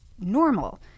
normal